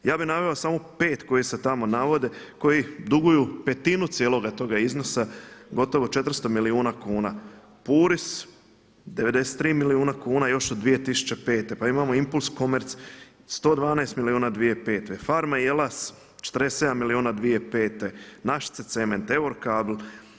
Ja bi naveo samo pet koji se tamo navode koji duguju petinu toga cijeloga iznosa, gotovo 400 milijuna kuna Puris 93 milijuna kuna još od 2005., pa imamo IMPULSCOMMERCE 112 milijuna 2005., Farma Jelas 47 milijuna 2005., Našice cement, Eurocable.